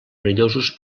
perillosos